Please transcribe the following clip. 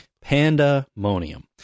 Pandemonium